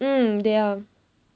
mm they are